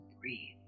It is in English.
breathe